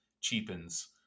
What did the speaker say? cheapens